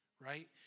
right